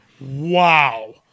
wow